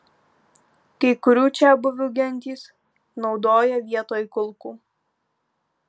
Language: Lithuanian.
kai kurių čiabuvių gentys naudoja vietoj kulkų